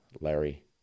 Larry